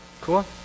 cool